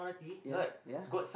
ya ya